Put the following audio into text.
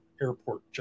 airport